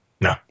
No